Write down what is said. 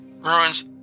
Ruins